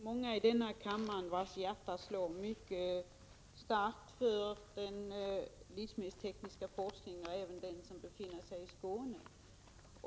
Fru talman! I denna kammare finns det många hjärtan som slår mycket starkt för den livsmedelstekniska forskningen. Det gäller även forskningen i Skåne.